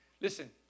Listen